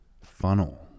funnel